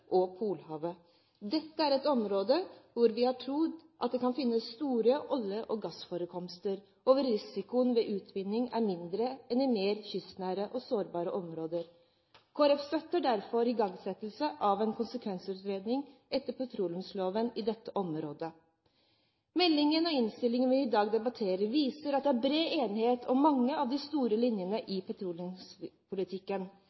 og Polhavet. Dette er et område hvor vi tror at det kan finnes store olje- og gassforekomster, og hvor risikoen ved utvinning er mindre enn i mer kystnære og sårbare områder. Kristelig Folkeparti støtter derfor igangsettelse av en konsekvensutredning – etter petroleumsloven – i dette området. Meldingen og innstillingen vi i dag debatterer, viser at det er bred enighet om mange av de store linjene